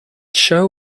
show